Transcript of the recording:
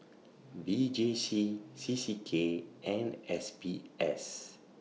V J C C C K and S B S